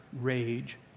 rage